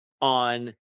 on